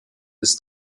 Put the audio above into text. des